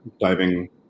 diving